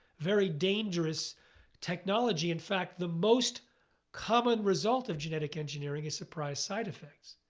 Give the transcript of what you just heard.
very dangerous technology. in fact, the most common result of genetic engineering is surprise side effects.